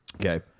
Okay